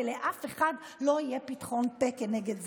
ולאף אחד לא יהיה פתחון פה כנגד זה,